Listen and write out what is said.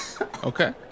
Okay